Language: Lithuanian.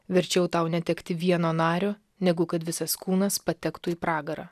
verčiau tau netekti vieno nario negu kad visas kūnas patektų į pragarą